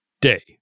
day